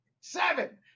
seven